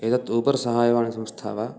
एतत् उबर् साहायवाणी संस्था वा